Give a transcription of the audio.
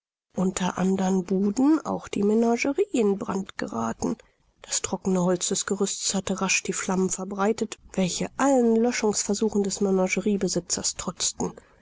unter andern buden auch die menagerie in brand gerathen das trockene holz des gerüstes hatte rasch die flammen verbreitet welche allen löschungsversuchen des menageriebesitzers trotzten